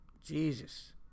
Jesus